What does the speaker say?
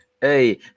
Hey